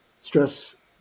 stress